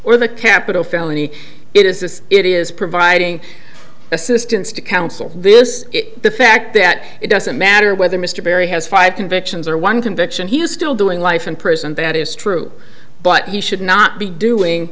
or the capital felony it is this it is providing assistance to counsel this is the fact that it doesn't matter whether mr barry has five convictions or one conviction he is still doing life in prison that is true but he should not be doing